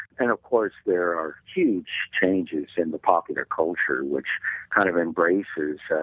and of course there are huge changes in the popular culture which kind of embraces yeah